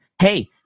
Hey